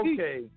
Okay